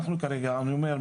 אני אומר,